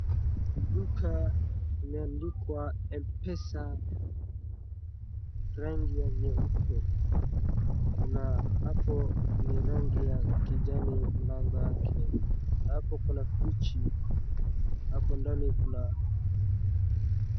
Duka limeandikwa Mpesa rangi ya vyeupe na hapo ni rangi ya kijani mlango yake. Hapo kuna friji hapo ndani kuna.